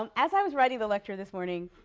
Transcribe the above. um as i was writing the lecture this morning,